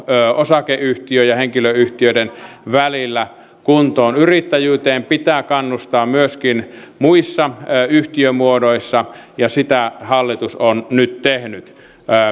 osakeyhtiöiden ja henkilöyhtiöiden välillä kuntoon yrittäjyyteen pitää kannustaa myöskin muissa yhtiömuodoissa ja sitä hallitus on nyt tehnyt